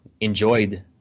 enjoyed